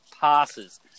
passes